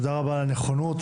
תודה רבה על הנכונות,